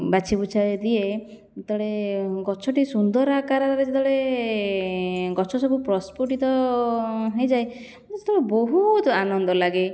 ବାଛି ବୁଛାଇ ଦିଏ ଯେତେବେଳେ ଗଛଟି ସୁନ୍ଦର ଆକାରରେ ଯେତେବେଳେ ଗଛ ସବୁ ପ୍ରସ୍ଫୁଟିତ ହୋଇଯାଏ ମୁଁ ସେତେବେଳେ ବହୁତ ଆନନ୍ଦ ଲାଗେ